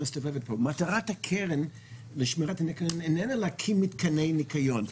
מטרת הקרן לשמירת הניקיון איננה להקים מתקני ניקיון,